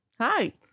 Hi